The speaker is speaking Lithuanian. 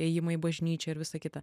ėjimą į bažnyčią ir visa kita